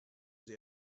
sie